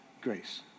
grace